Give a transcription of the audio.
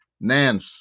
Nance